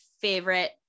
favorite